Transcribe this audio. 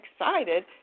excited